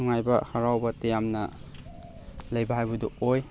ꯅꯨꯡꯉꯥꯏꯕ ꯍꯔꯥꯎꯕ ꯇꯌꯥꯝꯅ ꯂꯩꯕ ꯍꯥꯏꯕꯗꯨ ꯑꯣꯏ